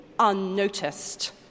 unnoticed